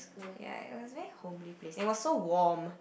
ya it was very homely place it was so warm